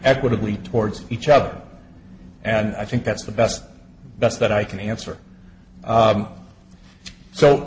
equitably towards each other and i think that's the best best that i can answer